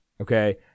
Okay